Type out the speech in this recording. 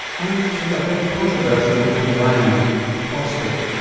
and to a very controversial little gland the prostate.